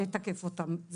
אתה